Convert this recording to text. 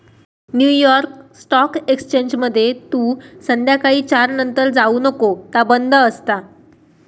new York stock एक्सचेंजमध्ये तू संध्याकाळी चार नंतर जाऊ नको ता बंद असता